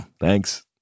Thanks